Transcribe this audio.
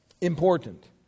important